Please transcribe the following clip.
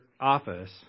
office